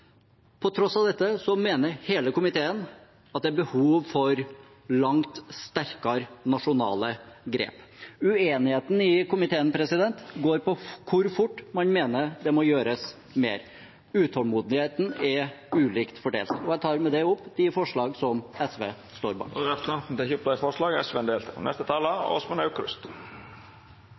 På tross av dette mener hele komiteen at det er behov for langt sterkere nasjonale grep. Uenigheten i komiteen går på hvor fort man mener det må gjøres mer. Utålmodigheten er ulikt fordelt. Jeg tar med det opp de forslagene som SV står bak. Representanten Lars Haltbrekken har teke opp dei forslaga han refererte til. I Europa tar dårlig luft hvert eneste år opp mot en